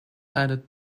added